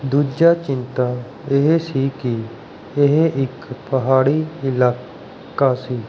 ਦੂਜਾ ਚਿੰਤਾ ਇਹ ਸੀ ਕਿ ਇਹ ਇੱਕ ਪਹਾੜੀ ਇਲਾਕਾ ਸੀ